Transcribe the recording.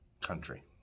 country